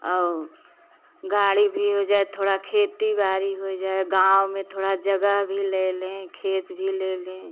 और गाड़ी भी हो जाए थोड़ा खेती बारी हो जाए गाँव में थोड़ा जगह भी ले लें खेत भी ले लें